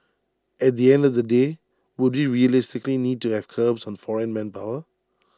at the end of the day would we realistically need to have curbs on foreign manpower